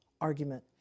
argument